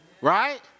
Right